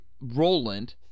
Roland